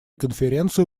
конференцию